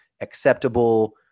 acceptable